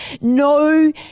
no